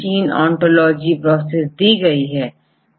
gene ontology की विभिन्नत subclass के बारे में जाना जा सकता है